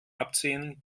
abziehen